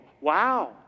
Wow